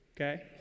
okay